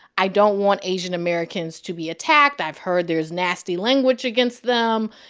i don't want asian americans to be attacked. i've heard there's nasty language against them,